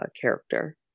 character